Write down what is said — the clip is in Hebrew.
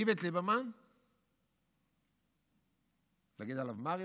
איווט ליברמן, להגיד עליו "מר"?